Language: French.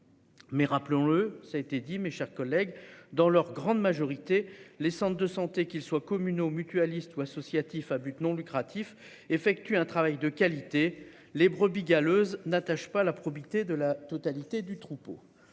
Mais rappelons-le, ça a été dit, mes chers collègues, dans leur grande majorité, les centres de santé, qu'ils soient communaux mutualiste ou associatif à but non lucratif effectue un travail de qualité. Les brebis galeuses n'attachent pas la probité de la totalité du troupeau.